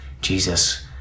Jesus